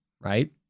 right